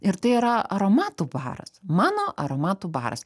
ir tai yra aromatų baras mano aromatų baras